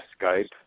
Skype